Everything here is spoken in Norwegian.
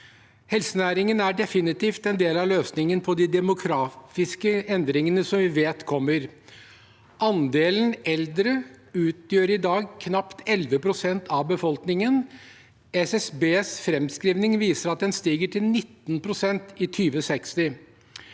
Helsenæringen er definitivt en del av løsningen på de demografiske endringene som vi vet kommer. Andelen eldre utgjør i dag knapt 11 pst. av befolkningen. SSBs framskriving viser at den stiger til 19 pst. i 2060.